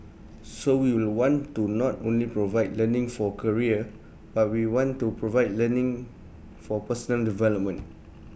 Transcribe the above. so we will want to not only provide learning for career but we want to provide learning for personal development